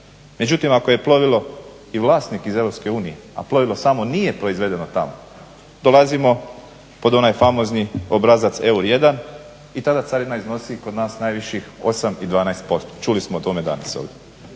Međutim ako je plovilo i vlasnik iz Europske unije, a plovilo samo nije proizvedeno tamo, dolazimo pod onaj famozni obrazac EUR1 i tada carina iznosi kod nas najviših 8 i 12%, čuli smo o tome danas ovdje.